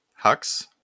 Hux